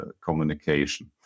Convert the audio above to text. communication